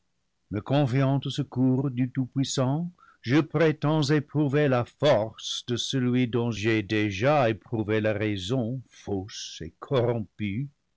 me confiant au secours du tout-puissant je prétends éprouver la force de celui dont j'ai déjà éprouvé la raison fausse et corrompue